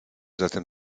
zatem